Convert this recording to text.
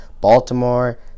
Baltimore